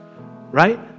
right